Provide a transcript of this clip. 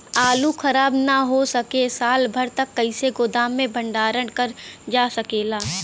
आलू खराब न हो सके साल भर तक कइसे गोदाम मे भण्डारण कर जा सकेला?